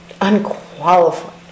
unqualified